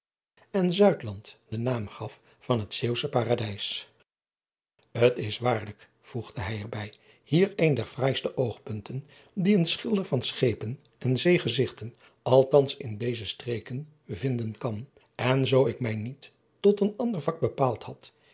en den naam gaf van het eeuwsche aradijs t s waarlijk voegde hij er bij hier een der fraaiste oogpunten die een schilder van schepen en zeegezigten althans in deze streken vinden kan en zoo ik mij niet tot een ander vak bepaald had